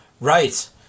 Right